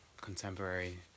contemporary